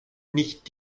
nicht